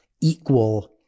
equal